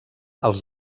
els